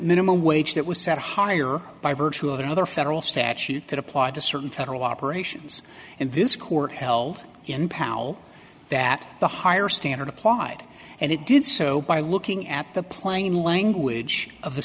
minimum wage that was set higher by virtue of another federal statute that applied to certain federal operations and this court held in powell that the higher standard applied and it did so by looking at the plain language of the